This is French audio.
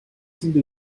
signes